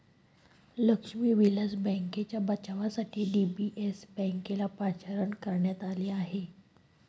लक्ष्मी विलास बँकेच्या बचावासाठी डी.बी.एस बँकेला पाचारण करण्यात आले आहे